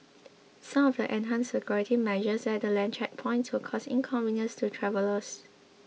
some of the enhanced security measures at the land checkpoints will cause inconvenience to travellers